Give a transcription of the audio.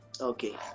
okay